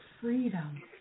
freedom